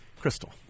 Crystal